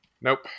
Nope